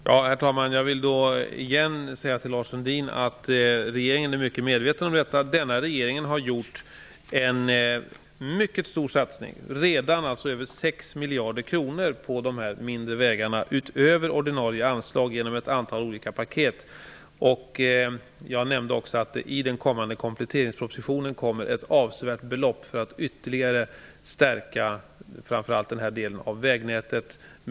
Herr talman! Jag vill återigen säga till Lars Sundin att regeringen är mycket medveten om detta. Denna regering har redan gjort en mycket stor satsning på de mindre vägarna, med över 6 miljarder kronor, utöver ordinarie anslag genom ett antal olika paket. Jag nämnde också att det i den kommande kompletteringspropositionen anvisas ett avsevärt belopp för att ytterligare stärka framför allt den här delen av vägnätet.